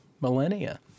millennia